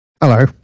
Hello